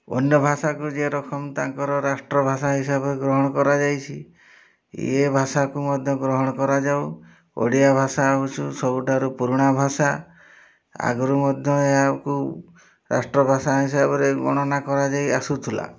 ଅନ୍ୟ ଭାଷାକୁ ଯିଏ ରକମ୍ ତାଙ୍କର ରାଷ୍ଟ୍ରଭାଷା ହିସାବରେ ଗ୍ରହଣ କରାଯାଇଛି ଇଏ ଭାଷାକୁ ମଧ୍ୟ ଗ୍ରହଣ କରାଯାଉ ଓଡ଼ିଆ ଭାଷା ହଉଛୁ ସବୁଠାରୁ ପୁରୁଣା ଭାଷା ଆଗରୁ ମଧ୍ୟ ଏହାକୁ ରାଷ୍ଟ୍ରଭାଷା ହିସାବରେ ଗଣନା କରାଯାଇଆସୁଥିଲା